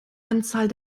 anzahl